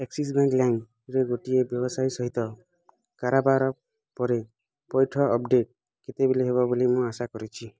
Axis Bank ଲାଇମ୍ରେ ଗୋଟିଏ ବ୍ୟବସାୟୀ ସହିତ କାରାବାର ପରେ ପଇଠ ଅପଡ଼େଟ୍ କେତେବେଲେ ହେବ ବୋଲି ମୁଁ ଆଶା କରିଛି